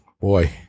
boy